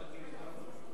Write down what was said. הרבנות.